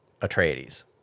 Atreides